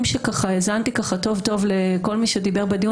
האזנתי טוב טוב לכל מי שדיבר בדיון